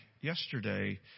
yesterday